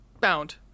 bound